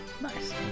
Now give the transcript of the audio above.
Nice